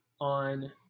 on